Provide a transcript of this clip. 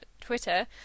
Twitter